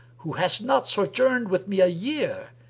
who hast not sojourned with me a year,